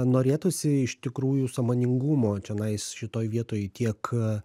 norėtųsi iš tikrųjų sąmoningumo čionais šitoj vietoj tiek